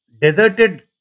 deserted